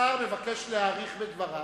השר מבקש להאריך בדבריו.